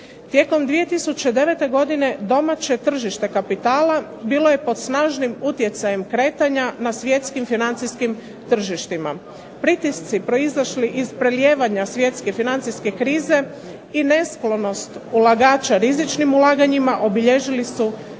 Tijekom 2009. godine domaće tržište kapitala bilo je pod snažnim utjecajem kretanja na svjetskim financijskim tržištima. Pritisci proizišli iz prelijevanja svjetske financijske krize i nesklonost ulagača rizičnim ulaganjima obilježili su